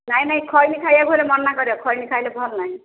ନାଇଁ ନାଇଁ ଖଇନି ଖାଇବାକୁ କହିଲେ ମନା କରିବ ଖଇନି ଖାଇଲେ ଭଲ୍ ନାହିଁ